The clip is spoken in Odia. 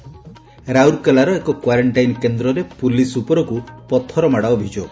ରାଉରକେଲାର ଏକ କ୍ୱାରେକ୍ଷାଇନ୍ କେନ୍ଦ୍ରରେ ପୁଲିସ ଉପରକୁ ପଥରମାଡ଼ ଅଭିଯୋଗ